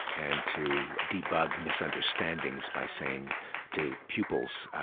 and to debug misunderstandings by saying to pupils,